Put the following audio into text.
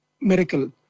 miracle